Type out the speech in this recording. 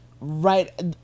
right